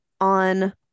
on